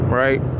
right